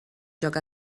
joc